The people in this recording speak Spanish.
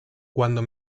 cuando